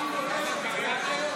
אתה קריין היום?